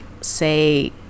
say